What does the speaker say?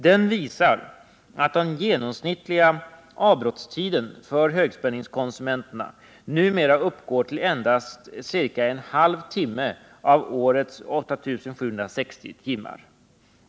Den visar att den genomsnittliga avbrottstiden för högspänningskonsumenterna numera uppgår till endast ca en halv timme av årets 8 760 timmar.